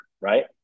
right